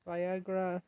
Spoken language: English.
Viagra